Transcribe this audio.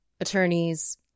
attorneys